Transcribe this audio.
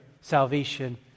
salvation